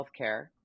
healthcare